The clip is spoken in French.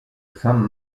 femme